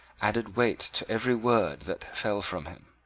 added weight to every word that fell from him.